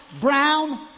brown